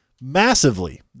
massively